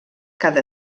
cada